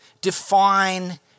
Define